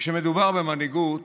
כשמדובר במנהיגות,